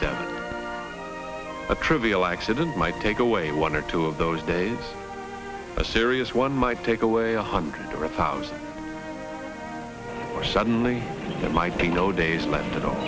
seven a trivial accident might take away one or two of those days a serious one might take away a hundred thousand suddenly it might be no days left